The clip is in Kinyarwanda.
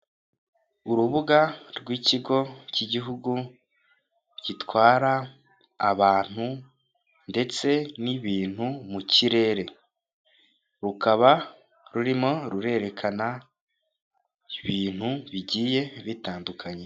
Urubuga rw'ikigo cy'Igihugu gitwara abantu ndetse n'ibintu mu kirere, rukaba rurimo rurerekana ibintu bigiye bitandukanye.